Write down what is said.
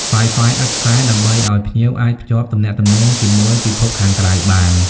Wi-Fi ឥតខ្សែ ដើម្បីឲ្យភ្ញៀវអាចភ្ជាប់ទំនាក់ទំនងជាមួយពិភពខាងក្រៅបាន។